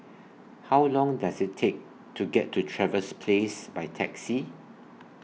How Long Does IT Take to get to Trevose Place By Taxi